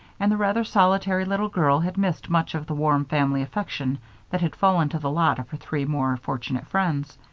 and the rather solitary little girl had missed much of the warm family affection that had fallen to the lot of her three more fortunate friends.